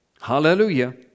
Hallelujah